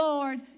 Lord